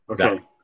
Okay